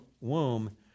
womb